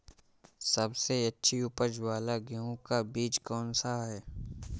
सबसे अच्छी उपज वाला गेहूँ का बीज कौन सा है?